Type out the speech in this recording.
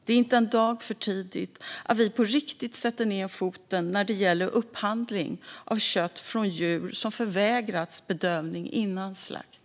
Det är inte en dag för tidigt att vi på riktigt sätter ned foten när det gäller upphandling av kött från djur som förvägrats bedövning före slakt.